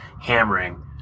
hammering